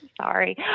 Sorry